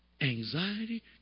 anxiety